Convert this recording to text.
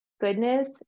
goodness